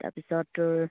তাৰপিছত তোৰ